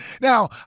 now